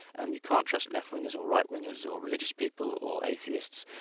um you can't trust left-wingers or right-wingers or religious people, or atheists.